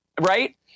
right